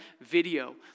video